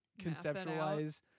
conceptualize